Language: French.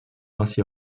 ainsi